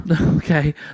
Okay